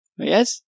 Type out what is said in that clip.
Yes